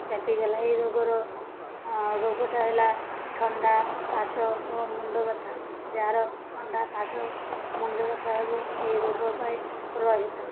ବ୍ୟାପି ଗଲା ଏ ରୋଗର ରୋଗଟା ହେଲା ଥଣ୍ଡା କାଶ ଓ ମୁଣ୍ଡ ବଥା ଯାହାର ଥଣ୍ଡା କାଶ ମୁଣ୍ଡ ବଥା ହେବ ଏହି ରୋଗ ପାଇଁ ପ୍ରଭାବିତ